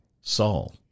Saul